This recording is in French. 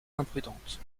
imprudente